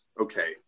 Okay